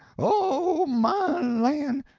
oh, my lan'!